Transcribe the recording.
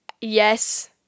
yes